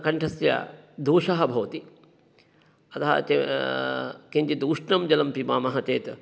कण्ठस्य दोषः भवति अतः किञ्चित् उष्णं जलं पिबामः चेत्